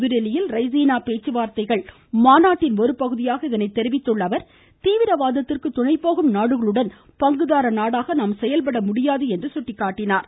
புதுதில்லியில் ரெய்சீனா பேச்சுவார்த்தைகள் மாநாட்டின் ஒருபகுதியாக இதனை தெரிவித்துள்ள அவர் தீவிரவாதத்திற்கு துணை போகும் நாடுகளுடன் பங்குதார நாடாக நம் செயல்பட முடியாது என்றும் எடுத்துரைத்தார்